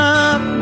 up